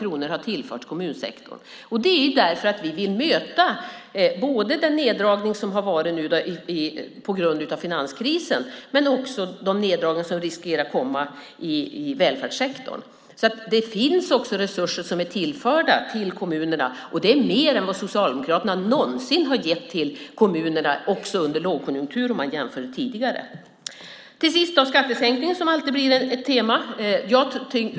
Det har vi gjort därför att vi vill möta både den neddragning som har skett på grund av finanskrisen och de neddragningar som riskerar att komma i välfärdssektorn. Det finns resurser som är tillförda kommunerna, och det är mer än vad Socialdemokraterna någonsin har gett till kommunerna också under lågkonjunktur om man jämför med hur det har varit tidigare. Till sist har vi skattesänkningen, som alltid blir ett tema.